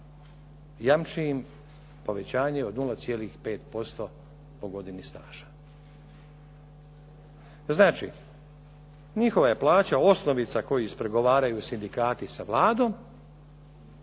jamči im povećanje od 0,5% po godini staža. Znači, njihova je plaća osnovica koju ispregovaraju sindikati sa Vladom